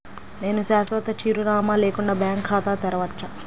నేను శాశ్వత చిరునామా లేకుండా బ్యాంక్ ఖాతా తెరవచ్చా?